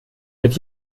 wird